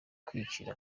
kwicira